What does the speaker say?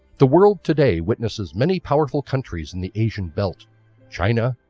the world today witnesses many powerful countries in the asian belt china,